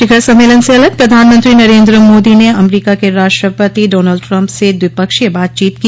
शिखर सम्मेलन से अलग प्रधानमंत्रो नरेन्द्र मोदी ने अमरीका के राष्ट्रपति डोनल्ड ट्रम्प से द्विपक्षीय बातचीत की